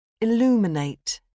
Illuminate